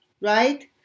right